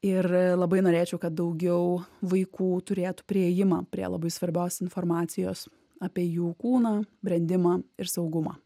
ir labai norėčiau kad daugiau vaikų turėtų priėjimą prie labai svarbios informacijos apie jų kūną brendimą ir saugumą